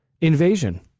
invasion